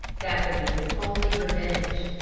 that would be his only revenge.